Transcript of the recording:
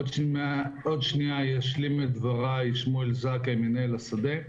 עוד שנייה ישלים את דבריי שמואל זכאי, מנהל השדה.